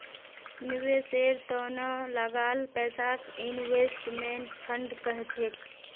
निवेशेर त न लगाल पैसाक इन्वेस्टमेंट फण्ड कह छेक